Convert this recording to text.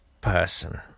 person